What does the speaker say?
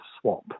swap